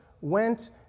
went